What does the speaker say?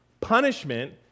Punishment